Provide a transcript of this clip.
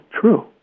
true